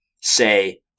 say